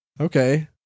Okay